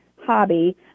hobby